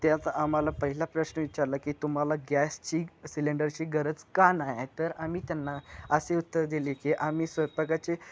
त्यात आम्हाला पहिला प्रश्न विचारला की तुम्हाला गॅसची सिलेंडरची गरज का नाही आहे तर आम्ही त्यांना असे उत्तर दिली की आम्ही स्वयंपाकाची